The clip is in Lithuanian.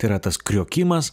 tai yra tas kriokimas